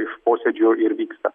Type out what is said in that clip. iš posėdžių ir vyksta